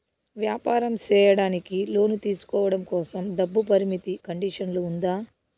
వ్యాపారం సేయడానికి లోను తీసుకోవడం కోసం, డబ్బు పరిమితి కండిషన్లు ఉందా?